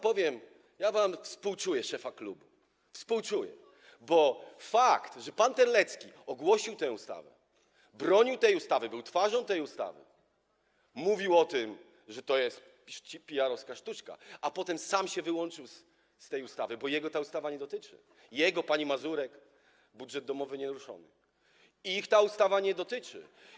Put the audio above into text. Powiem wam, że współczuję wam szefa klubu, bo fakt, że pan Terlecki ogłosił tę ustawę, bronił tej ustawy, był twarzą tej ustawy, mówił o tym, że to jest PR-owska sztuczka, a potem sam się wyłączył z tej ustawy, bo jego ta ustawa nie dotyczy, jego, pani Mazurek - budżet domowy nieruszony - ich ta ustawa nie dotyczy.